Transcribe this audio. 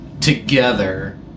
together